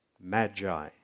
magi